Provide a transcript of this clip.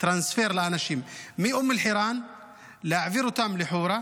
טרנספר לאנשים מאום אל-חיראן להעביר אותם לחורה,